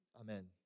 Amen